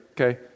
okay